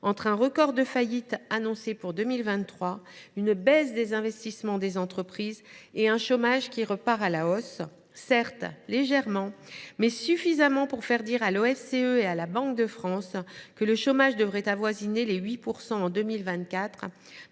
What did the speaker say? entre un record de faillites annoncé pour 2023, une baisse des investissements des entreprises, et un chômage qui repart à la hausse – certes légèrement, mais suffisamment pour que l’OFCE et la Banque de France estiment que le chômage devrait avoisiner les 8 % en 2024,